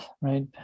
right